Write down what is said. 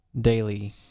daily